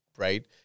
Right